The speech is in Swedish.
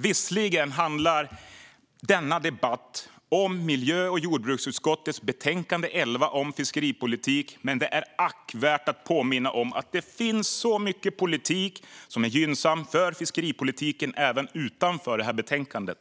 Visserligen handlar denna debatt om miljö och jordbruksutskottets betänkande 11 om fiskeripolitik, fru talman, men det är värt att påminna om att det finns mycket politik som är gynnsam för fiskeripolitiken även utanför detta betänkande.